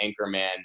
Anchorman